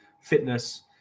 fitness